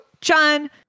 John